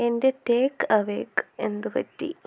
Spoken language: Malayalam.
എന്റെ ടേക്ക് അവേ ക്ക് എന്ത് പറ്റി